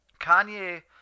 Kanye